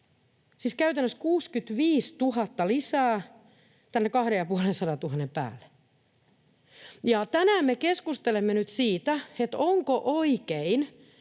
Siis käytännössä 65 000 lisää tänne 250 000:n päälle. Ja tänään me keskustelemme nyt siitä, onko oikein,